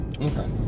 Okay